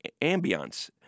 ambiance